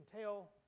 tell